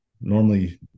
normally